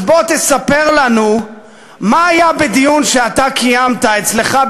אז בוא תספר לנו מה היה בדיון שאתה קיימת אצלך,